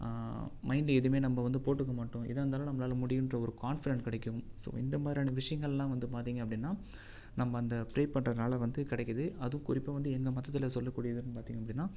மைய்ன்டுல எதுவுமே நம்ம வந்து போட்டுக்க மாட்டோ எதாக இருந்தாலும் நம்மலால முடியும் அப்படின்ற ஒரு காண்ஃபிடென்ட் கிடைக்கு ஸோ இந்த மாதிரியான விஷயங்கள்ளா வந்து பார்த்திங்க அப்படின்னா நம்ம அந்த பிரே பண்ணுறதுனால வந்து கிடைக்கிது அதுவும் குறிப்பாக வந்து எங்கள் மதத்தில் சொல்ல கூடியது என்னனு பார்த்திங்க அப்படின்னா